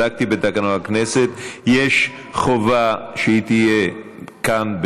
בדקתי בתקנון הכנסת: יש חובה שהיא תהיה כאן,